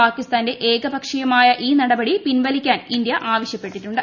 പാകിസ്താന്റെ ഏകപക്ഷീയമായ ഈ നടപടി പിൻവലിക്കാൻ ഇന്ത്യ ആവശ്യപ്പെട്ടിട്ടുണ്ട്